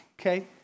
okay